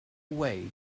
way